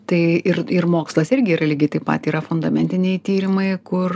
tai ir ir mokslas irgi yra lygiai taip pat yra fundamentiniai tyrimai kur